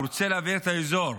הוא רוצה להבעיר את האזור,